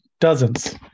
dozens